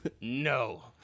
No